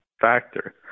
factor